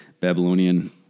Babylonian